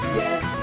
yes